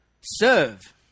serve